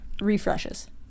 refreshes